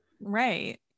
Right